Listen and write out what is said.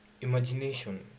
Imagination